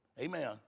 Amen